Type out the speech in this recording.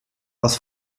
was